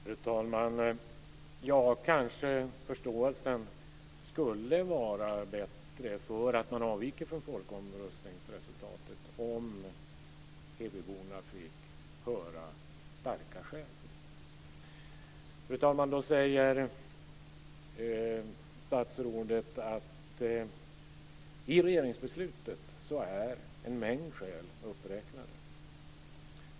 Fru talman! Kanske förståelsen för att man avviker från folkomröstningsresultatet skulle vara större om hebyborna fick höra starka skäl för det. Då säger statsrådet att i regeringsbeslutet är en mängd skäl uppräknade.